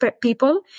people